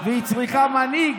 והיא צריכה מנהיג,